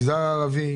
אם זה מגזר ערבי,